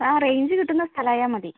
ആ റേഞ്ച് കിട്ടുന്ന സ്ഥലമായാൽ മതി